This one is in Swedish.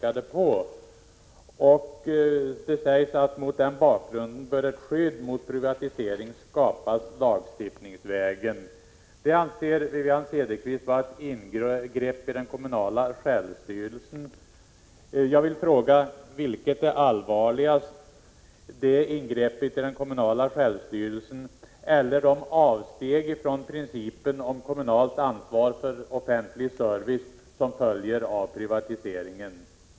I motionen sägs vidare: ”Mot denna bakgrund bör ett skydd mot privatisering skapas lagstiftningsvägen.” Wivi-Anne Cederqvist anser att detta är ett ingrepp i den kommunala självstyrelsen. Jag vill fråga: Vilket är allvarligast, det ingreppet i den kommunala självstyrelsen eller de avsteg från principen om kommunalt ansvar för offentlig service som följer av privatiseringen?